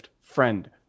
friend